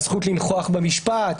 הזכות לנכוח במשפט.